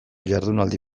jardunaldi